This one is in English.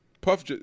Puff